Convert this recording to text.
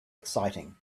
exciting